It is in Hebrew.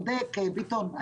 ביטון,